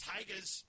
Tigers